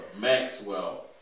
Maxwell